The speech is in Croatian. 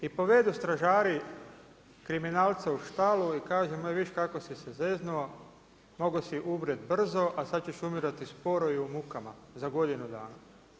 I povedu stražari kriminalca u štalu i kaže vidiš kako si se zeznuo, mogao si umrijeti brzo, a sada ćeš umirati sporo i u mukama za godinu dana.